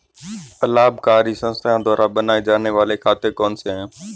अलाभकारी संस्थाओं द्वारा बनाए जाने वाले खाते कौन कौनसे हैं?